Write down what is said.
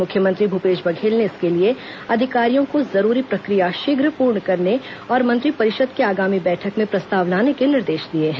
मुख्यमंत्री भूपेश बघेल ने इसके लिए अधिकारियों को जरूरी प्रक्रिया शीघ्र पूर्ण करने और मंत्रिपरिषद की आगामी बैठक में प्रस्ताव लाने के निर्देश दिए हैं